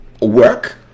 work